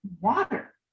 water